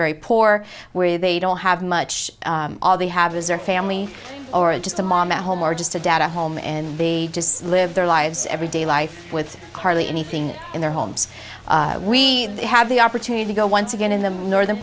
very poor where they don't have much all they have is their family or just a mom a home or just a data home and they just live their lives every day life with hardly anything in their homes we i have the opportunity go once again in the northern